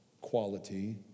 quality